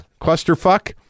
clusterfuck